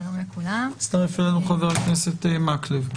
הצטרף אלינו חבר הכנסת מקלב.